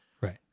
Right